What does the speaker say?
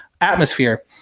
atmosphere